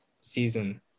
season